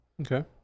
Okay